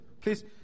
Please